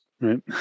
Right